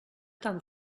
tan